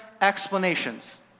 explanations